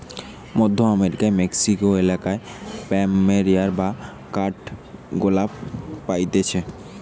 মধ্য আমেরিকার মেক্সিকো এলাকায় প্ল্যামেরিয়া বা কাঠগোলাপ পাইতিছে